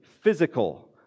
physical